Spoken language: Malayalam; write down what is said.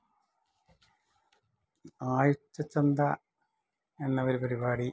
ആഴ്ച്ചച്ചന്ത എന്ന ഒരു പരിപാടി